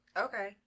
Okay